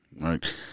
right